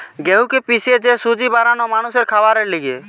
গেহুকে পিষে যে সুজি বানানো মানুষের খাবারের লিগে